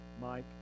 Mike